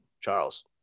Charles